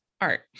art